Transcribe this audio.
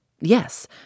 Yes